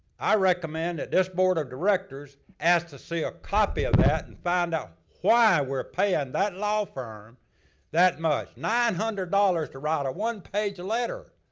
i recommend that this board of directors ask to see a copy of that and find out why we're paying that law firm that much. nine hundred dollars to write a one page letter.